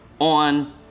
on